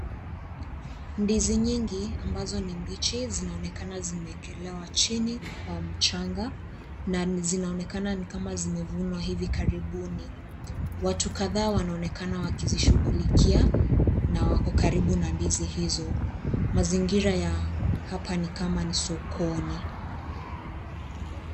Ndizi nyingi ambazo ni mbichi zinaonekana zimeekelewa chini kwa mchanga na zinaonekana ni kama zimevunwa hivi karibuni. Watu kadhaa wanaonekana wakizishughulikia na wako karibu na ndizi hizo mazingira ya hapa ni kama ni sokoni.